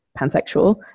pansexual